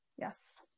Yes